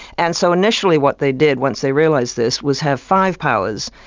and so initially what they did once they realised this, was have five powers,